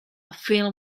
film